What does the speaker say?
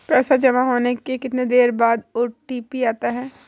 पैसा जमा होने के कितनी देर बाद ओ.टी.पी आता है?